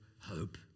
hope